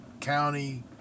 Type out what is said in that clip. county